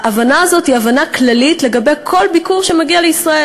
ההבנה הזאת היא הבנה כללית לגבי כל ביקור שמגיע לישראל.